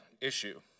issue